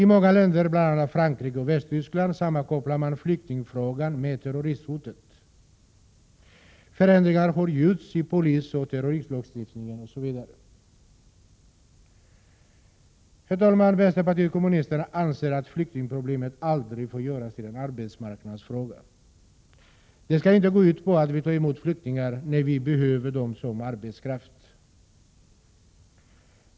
I många länder — bl.a. Frankrike och Västtyskland — sammankopplar man flyktingfrågan med terroristhotet. Förändringar har gjorts i polisoch terroristlagstiftningen osv. Vi i vänsterpartiet kommunisterna anser att flyktingproblemet aldrig får göras till en arbetsmarknadsfråga. Detta arbete skall inte gå ut på att vi tar emot flyktingar bara när vi behöver dem som arbetskraft.